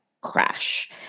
crash